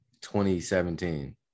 2017